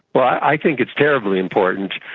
well, i think it's terribly important,